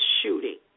shooting